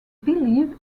believe